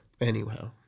anyhow